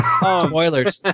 Spoilers